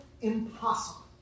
impossible